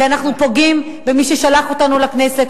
כי אנחנו פוגעים במי ששלח אותנו לכנסת,